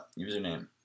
username